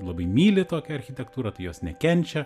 labai myli tokią architektūrą tai jos nekenčia